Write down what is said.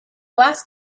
glass